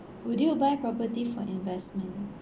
would you buy property for investment